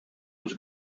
was